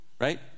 Right